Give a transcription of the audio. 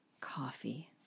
coffee